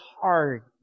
hard